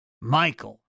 Michael